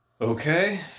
Okay